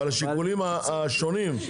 אבל השיקולים השונים,